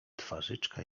twarzyczka